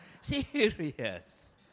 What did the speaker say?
Serious